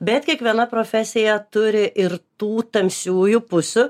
bet kiekviena profesija turi ir tų tamsiųjų pusių